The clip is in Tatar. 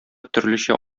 төрлечә